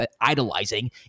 idolizing